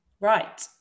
right